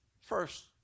first